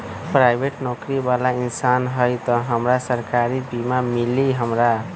Private नौकरी बाला इंसान हई त हमरा सरकारी बीमा मिली हमरा?